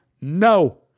No